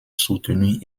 soutenue